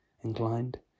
inclined